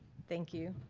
thank you,